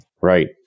Right